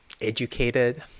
educated